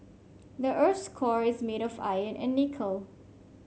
the earth's core is made of iron and nickel